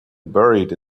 buried